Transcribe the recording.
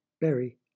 berry